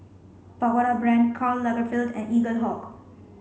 Pagoda Brand Karl Lagerfeld and Eaglehawk